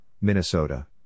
Minnesota